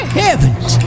heavens